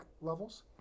levels